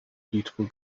beautiful